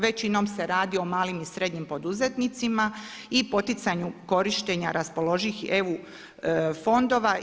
Većinom se radi o malim i srednjim poduzetnicima i poticanju korištenja raspoloživih EU fondova.